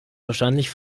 wahrscheinlich